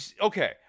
Okay